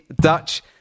Dutch